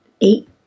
eight